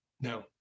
no